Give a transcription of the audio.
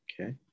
Okay